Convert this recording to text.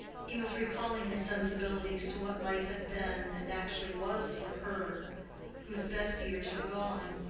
he was recalling his sensibilities to what life had been and actually was for her whose best years were gone,